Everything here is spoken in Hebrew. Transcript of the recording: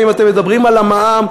ואם אתם מדברים על המע"מ,